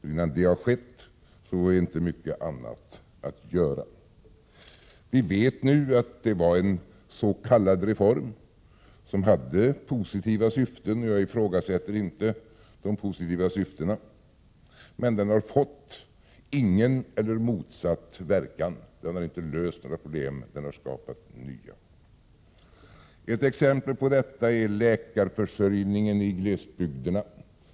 Innan det har skett finns inte mycket annat att göra. Vi vet nu att Dagmar var en s.k. reform som hade positiva syften. Jag ifrågasätter inte de positiva syftena. Men reformen har fått ingen eller motsatt verkan. Den har inte löst några problem, den har skapat nya. 35 Ett exempel på detta är läkarförsörjningen i glesbygderna.